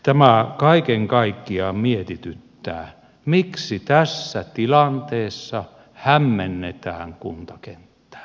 tämä kaiken kaikkiaan mietityttää miksi tässä tilanteessa hämmennetään kuntakenttää